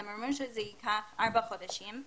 הם אומרים שזה יארך ארבעה חודשים.